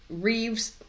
Reeves